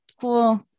cool